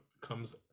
comes